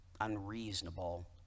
unreasonable